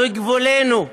בגבולנו,